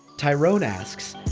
tyron asks,